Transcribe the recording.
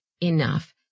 enough